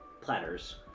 platters